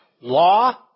law